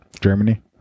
Germany